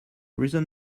reason